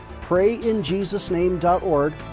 PrayInJesusName.org